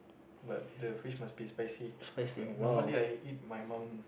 but the fish must be spicy normally I eat my mom